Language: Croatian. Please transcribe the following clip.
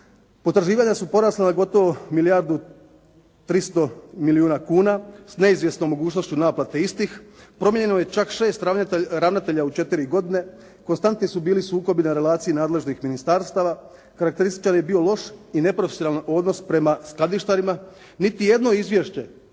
Potraživanja su porasla na gotovo milijardu 300 milijuna kuna s neizvjesnom mogućnošću naplate istih. Promijenjeno je čak šest ravnatelja u četiri godine. konstantni su bili sukobi na relaciji nadležnih ministarstava. Karakterističan je bio loš i neprofesionalan odnos prema skladištarima. Niti izvješće